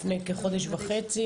לפני כחודש וחצי,